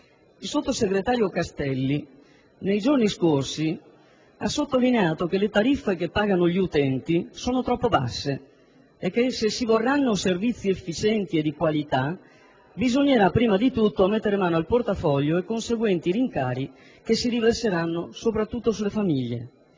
Il sottosegretario Castelli, nei giorni scorsi, ha sottolineato che le tariffe che pagano gli utenti sono troppo basse e che, se si vorranno servizi efficienti e di qualità, bisognerà prima di tutto mettere mano al portafoglio con conseguenti rincari che si riverseranno soprattutto sulle famiglie.